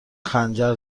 خنجر